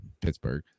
Pittsburgh